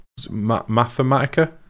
Mathematica